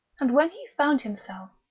and when he found himself,